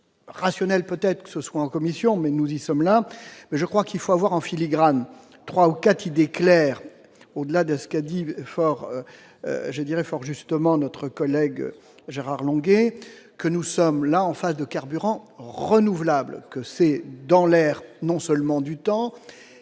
plus rationnel, peut-être que ce soit en commission mais nous y sommes là mais je crois qu'il faut avoir en filigrane 3 ou 4 idées claires au-delà de ce qu'a dit fort je dirais fort justement notre collègue Gérard Longuet que nous sommes là en face de carburant renouvelable que c'est dans l'air, non seulement du temps